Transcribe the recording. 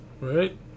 Right